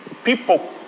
People